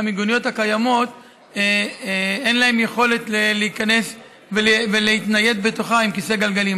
במיגוניות הקיימות אין יכולת להיכנס ולהתנייד בתוכן עם כיסא גלגלים.